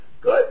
good